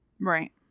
Right